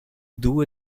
due